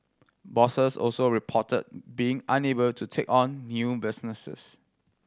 bosses also reported being unable to take on new businesses